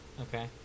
Okay